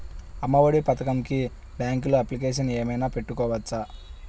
అమ్మ ఒడి పథకంకి బ్యాంకులో అప్లికేషన్ ఏమైనా పెట్టుకోవచ్చా?